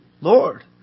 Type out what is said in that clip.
Lord